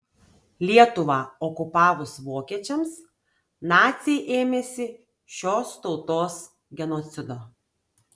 lietuvą okupavus vokiečiams naciai ėmėsi šios tautos genocido